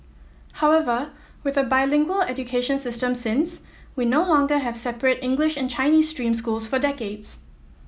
however with a bilingual education system since we no longer have separate English and Chinese stream schools for decades